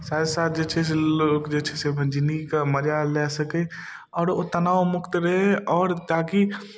साथ साथ जे छै से लोक जे छै से अपन जिनगीके मजा लऽ सकै आओर ओ तनावमुक्त रहै आओर ताकि